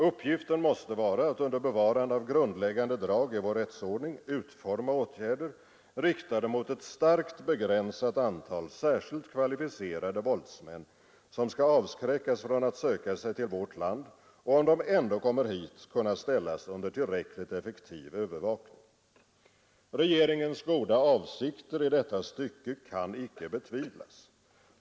Uppgiften måste vara att under bevarande av grundläggande drag i vår rättsordning utforma åtgärder riktade mot ett starkt begränsat antal särskilt kvalificerade våldsmän, som skall avskräckas från att söka sig till vårt land och om de ändå kommer hit, kunna ställas under tillräckligt effektiv övervakning. Regeringens goda avsikter i detta stycke kan icke betvivlas.